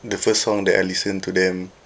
the first song that I listen to them